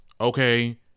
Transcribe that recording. okay